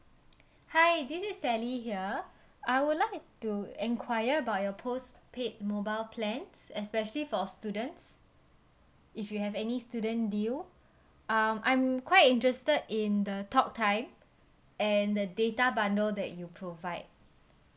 hi this is sally here I would like to enquire about your postpaid mobile plans especially for students if you have any student deal uh I'm quite interested in the talk time and the data bundle that you provide